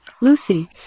Lucy